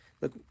Look